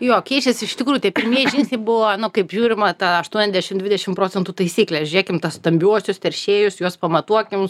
jo keičiasi iš tikrųjų tai pirmieji žingsniai buvo nu kaip žiūrima ta aštuoniasdešimt dvidešimt procentų taisyklė žiūrėkim tuos stambiuosius teršėjus juos pamatuokim